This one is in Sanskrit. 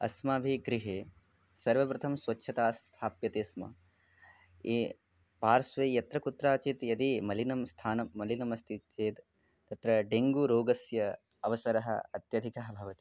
अस्माभिः गृहे सर्वव्रतं स्वच्छता स्थाप्यते स्म ई पार्श्वे यत्र कुत्रचित् यदि मलिनं स्थानं मलिनमस्ति इति चेत् तत्र डेङ्गू रोगस्य अवसरः अत्यधिकः भवति